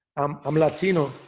um i'm latino,